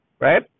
right